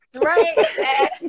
right